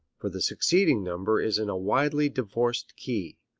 for the succeeding number is in a widely divorced key.